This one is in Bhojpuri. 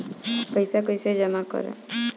पैसा कईसे जामा करम?